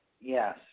Yes